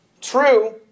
True